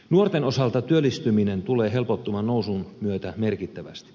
nuorten osalta työllistyminen tulee helpottumaan nousun myötä merkittävästi